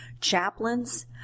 chaplains